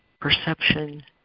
perception